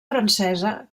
francesa